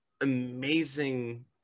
amazing